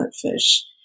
fish